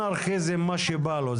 אנרכיזם, מה שבא לו.